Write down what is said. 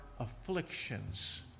afflictions